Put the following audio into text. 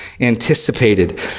anticipated